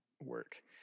Work